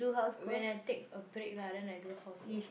when I take a break lah then I do house work